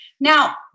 Now